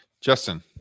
Justin